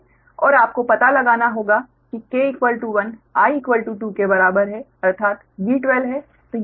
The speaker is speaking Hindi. और आपको पता लगाना होगा कि k 1 I 2 के बराबर है अर्थात V12 है